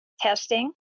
testing